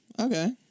okay